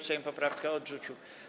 Sejm poprawkę odrzucił.